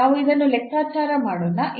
ನಾವು ಇದನ್ನು ಲೆಕ್ಕಾಚಾರ ಮಾಡೋಣ